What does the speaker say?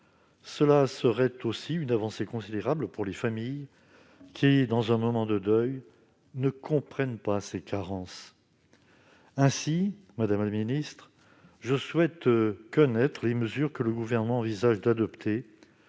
Ce serait aussi une avancée considérable pour les familles, qui, dans ce moment de deuil, ne comprennent pas ces carences. Ainsi, madame la ministre, je souhaite connaître les mesures que le Gouvernement envisage d'adopter